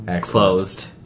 closed